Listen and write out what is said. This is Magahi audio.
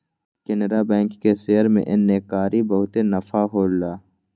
केनरा बैंक के शेयर में एन्नेकारी बहुते नफा होलई